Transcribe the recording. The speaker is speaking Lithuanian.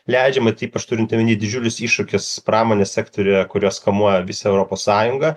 leidžiama tai ypač turint omenyje didžiulius iššūkius pramonės sektoriuje kurios kamuoja visą europos sąjungą